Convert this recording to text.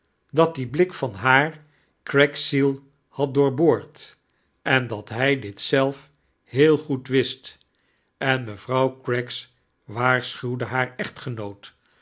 dat die blik van haar craggs ziel had doorboord en dat hij dit zelf heel goed wist en mevrouw craggs waarsehuwde haar echtgemoot